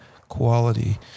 quality